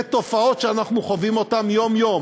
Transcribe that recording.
ותופעות שאנחנו חווים אותן יום-יום,